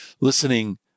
listening